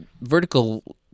vertical